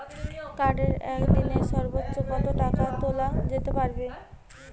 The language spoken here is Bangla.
কার্ডে একদিনে সর্বোচ্চ কত টাকা তোলা যেতে পারে?